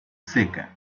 seca